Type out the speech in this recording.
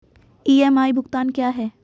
EMI भुगतान क्या है?